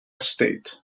state